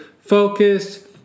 focus